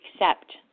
accept